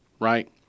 Right